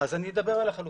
אז אני אדבר על החלופות.